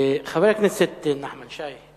חבר הכנסת נחמן שי,